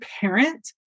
parent